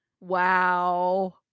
Wow